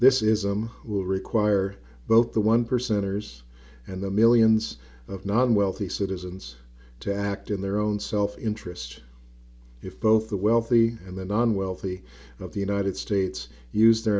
this is i'm who require both the one percenters and the millions of non wealthy citizens to act in their own self interest if both the wealthy and the non wealthy of the united states use their